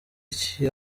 iki